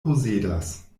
posedas